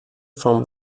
from